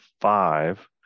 five